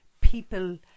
people